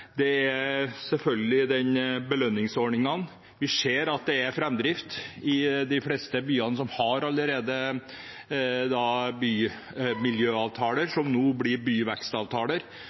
Det er selvfølgelig belønningsordningene. Vi ser at det er framdrift i de fleste av byene som allerede har bymiljøavtaler, som nå blir byvekstavtaler.